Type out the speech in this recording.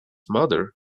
mother